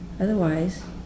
Otherwise